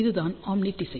இதுதான் ஓம்னி திசை